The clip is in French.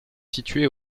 situé